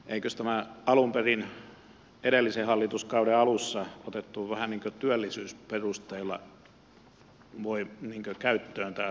eikös tämä tuulivoiman tuki alun perin edellisen hallituskauden alussa otettu vähän niin kuin työllisyysperusteilla käyttöön